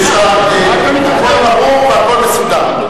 הכול ברור והכול מסודר.